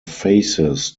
faces